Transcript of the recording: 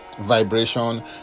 vibration